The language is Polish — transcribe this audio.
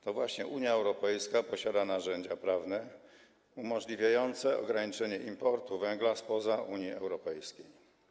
To właśnie Unia Europejska posiada narzędzia prawne umożliwiające ograniczenie importu węgla spoza Unii Europejskiej.